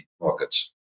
markets